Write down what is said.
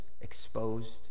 exposed